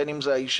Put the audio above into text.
בין אם זה האישה,